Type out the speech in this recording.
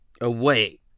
Away